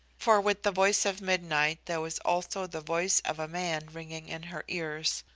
for with the voice of midnight there was also the voice of a man ringing in her ears,